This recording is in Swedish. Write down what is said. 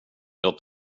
jag